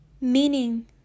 meaning